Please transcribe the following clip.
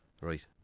Right